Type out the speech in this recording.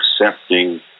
accepting